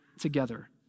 together